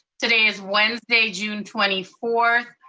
today is wednesday, june twenty fourth,